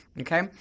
Okay